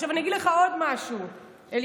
עכשיו אני אגיד לך עוד משהו, אליהו.